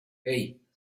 hey